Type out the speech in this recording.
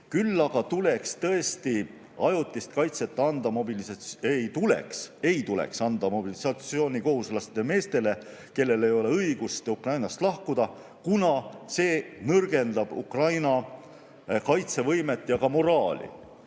Küll aga ei tuleks tõesti ajutist kaitset mobilisatsioonikohuslastest meestele, kellel ei ole õigust Ukrainast lahkuda, kuna see nõrgendab Ukraina kaitsevõimet ja ka moraali.